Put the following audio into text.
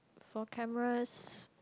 for cameras